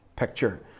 Picture